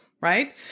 right